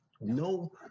No